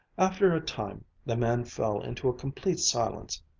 after a time, the man fell into a complete silence,